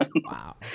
wow